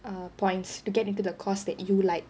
err points to get into the course that you like